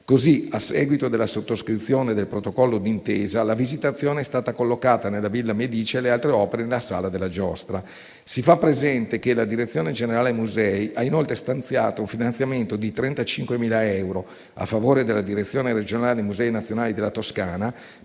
Così, a seguito della sottoscrizione del protocollo d'intesa, la Visitazione è stata collocata nella Villa medicea e le altre opere nella Sala della giostra. Si fa presente che la direzione generale musei ha inoltre stanziato un finanziamento di 35.000 euro a favore della direzione regionale musei nazionali della Toscana